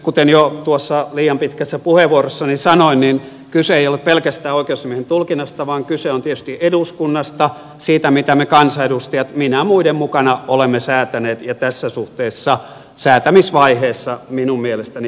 kuten jo tuossa liian pitkässä puheenvuorossani sanoin niin kyse ei ole pelkästään oikeusasiamiehen tulkinnasta vaan kyse on tietysti eduskunnasta siitä mitä me kansanedustajat minä muiden mukana olemme säätäneet ja tässä suhteessa säätämisvaiheessa minun mielestäni virheitä tehneet